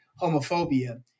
homophobia